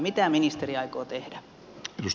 mitä ministeri aikoo tehdä